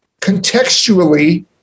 contextually